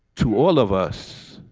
to all of us.